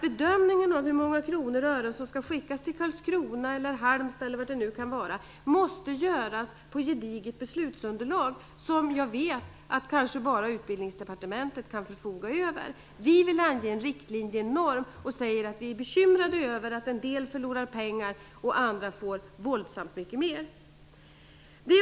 Bedömningen av hur många kronor och ören som skall skickas till Karlskrona, Halmstad etc. måste göras utifrån ett gediget beslutsunderlag, som kanske bara Utbildningsdepartementet kan förfoga över. Vi vill ange en riktlinjenorm och säger att vi är bekymrade över att en del förlorar pengar, medan andra får våldsamt mycket mera.